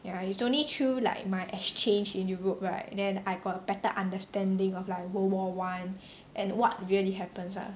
ya it's only through like my exchange in europe right then I got a better understanding of like world war one and what really happens ah